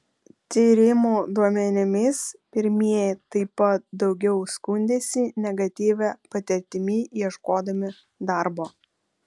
tyrimų duomenimis pirmieji taip pat daugiau skundėsi negatyvia patirtimi ieškodami darbo